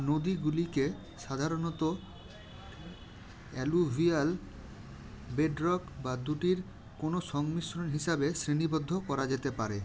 নদীগুলিকে সাধারণত alluvial bedrock বা দুটির কোনো সংমিশ্রণ হিসাবে শ্রেণীবদ্ধ করা যেতে পারে